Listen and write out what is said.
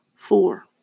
Four